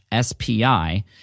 SPI